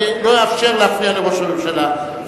אני לא אאפשר להפריע לראש הממשלה,